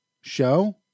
show